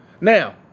Now